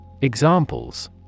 Examples